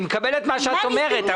אני מקבל את מה שאת אומרת,